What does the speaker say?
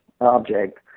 object